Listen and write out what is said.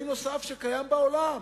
אמצעי נוסף שקיים בעולם: